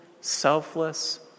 selfless